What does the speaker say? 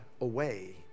away